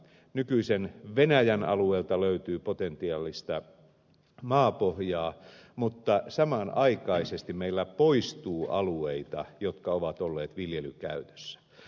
nykyisen venäjän alueelta löytyy potentiaalista maapohjaa mutta samanaikaisesti poistuu alueita jotka ovat olleet viljelykäytössä